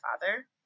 father